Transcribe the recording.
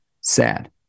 sad